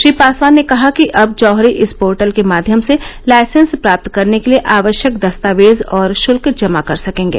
श्री पासवान ने कहा कि अब जौहरी इस पोर्टल के माध्यम से लाइसेंस प्राप्त करने के लिए आवश्यक दस्तावेज और श्ल्क जमा कर सकेंगे